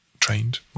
trained